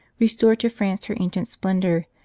restore to france her ancient splendour,